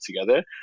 together